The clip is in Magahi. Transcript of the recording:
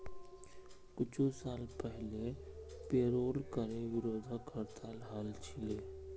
कुछू साल पहले पेरोल करे विरोधत हड़ताल हल छिले